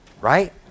right